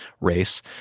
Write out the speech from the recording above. race